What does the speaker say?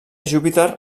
júpiter